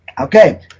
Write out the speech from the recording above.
Okay